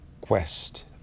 quest